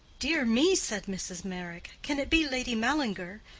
dear me! said mrs. meyrick can it be lady mallinger?